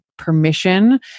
Permission